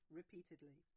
repeatedly